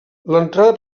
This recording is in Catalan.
l’entrada